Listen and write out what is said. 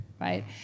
right